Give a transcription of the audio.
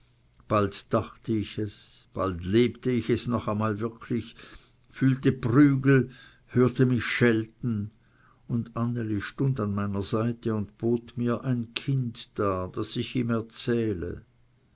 bald dachte ich es bald lebte ich es noch einmal wirklich fühlte prügel hörte mich schelten und anneli stund an meiner seite und bot mir ein kind dar daß ich ihm erzähle